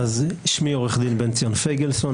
שמי עורך דין בן-ציון פיגלסון,